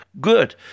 good